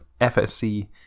FSC